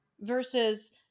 versus